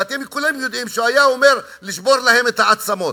ואתם כולם יודעים שהוא היה אומר "לשבור להם את העצמות",